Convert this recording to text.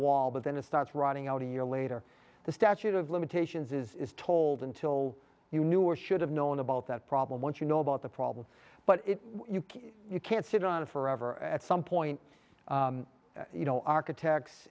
wall but then it starts running out a year later the statute of limitations is told until you knew or should have known about that problem once you know about the problem but it you can't sit on it forever at some point you know architects